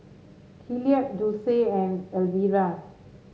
Hilliard Dulce and Elvera